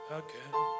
again